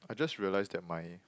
I just realise that my